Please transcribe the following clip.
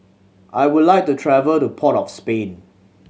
I would like to travel to Port of Spain